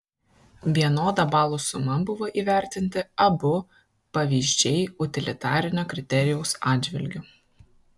vienoda balų suma buvo įvertinti abu pavyzdžiai utilitarinio kriterijaus atžvilgiu